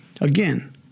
again